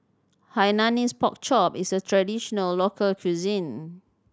Hainanese Pork Chop is a traditional local cuisine